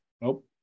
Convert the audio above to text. Nope